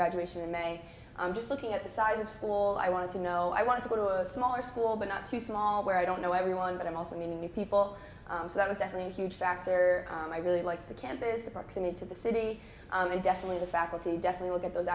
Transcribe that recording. graduation in may i'm just looking at the size of school i wanted to know i want to go to a smaller school but not too small where i don't know everyone but i'm also meeting new people so that was definitely a huge factor and i really like the camp is the proximity to the city and definitely the faculty definitely look at those